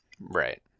Right